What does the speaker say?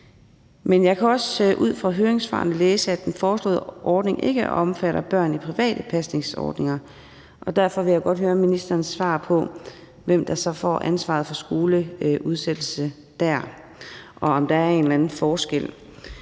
Men jeg kan også ud fra høringssvarene læse, at den foreslåede ordning ikke omfatter børn i private pasningsordninger, og derfor vil jeg godt høre ministerens svar på, hvem der så får ansvaret for skoleudsættelse dér, og om der er en eller anden forskel.